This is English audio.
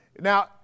Now